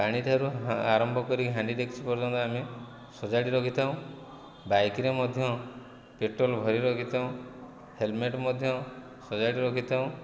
ପାଣି ଠାରୁ ଆରମ୍ଭ କରି ହାଣ୍ଡି ଡେକଚି ପର୍ଯ୍ୟନ୍ତ ଆମେ ସଜାଡ଼ି ରଖିଥାଉ ବାଇକ୍ରେ ମଧ୍ୟ ପେଟ୍ରୋଲ୍ ଭରି ରଖିଥାଉ ହେଲମେଟ୍ ମଧ୍ୟ ସଜାଡ଼ି ରଖିଥାଉ